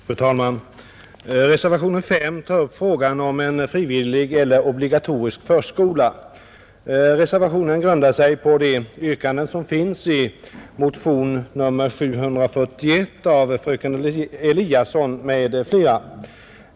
Fru talman! Reservationen 5 tar upp frågan om frivillig eller obligatorisk förskola. Reservationen grundar sig på det yrkande som ställs i motion nr 741 av fröken Eliasson m.fl.